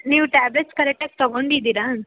ನೀವು ಟ್ಯಾಬ್ಲೆಟ್ಸ್ ಕರೆಕ್ಟಾಗಿ ತೊಗೊಂಡಿದ್ದೀರಾ